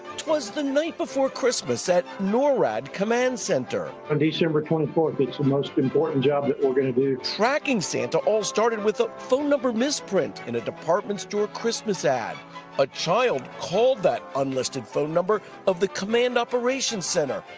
twas the night before christmas at norad command center on december twenty fourth, it's the most important job that we're going to do. reporter tracking santa started with a phone number misprint in a department store christmas ad a child called that unlisted phone number of the command operations center,